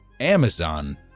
Amazon